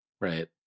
Right